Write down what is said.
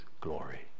glory